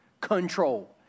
Control